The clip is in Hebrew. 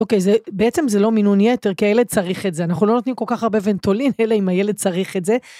אוקיי, בעצם זה לא מינון יתר, כי הילד צריך את זה. אנחנו לא נותנים כל כך הרבה ונטולין, אלא אם הילד צריך את זה.